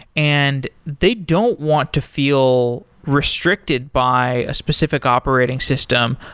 and they don't want to feel restricted by a specific operating system,